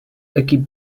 equip